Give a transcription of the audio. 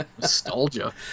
Nostalgia